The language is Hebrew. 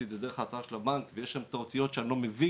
את זה דרך האתר של הבנק ויש שם את האותיות שאני לא מבין